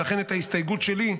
ולכן את ההסתייגות שלי,